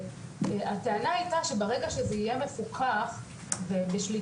הטענה הייתה שברגע שזה יהיה מפוקח ובשליטה,